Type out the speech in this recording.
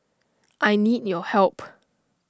I need your help